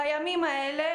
בימים האלה,